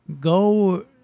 go